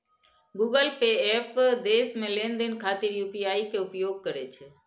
Google Pay app देश मे लेनदेन खातिर यू.पी.आई के उपयोग करै छै